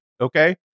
Okay